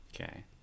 okay